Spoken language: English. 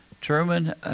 Truman